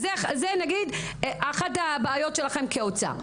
זו אחת הבעיות שלכם כאוצר.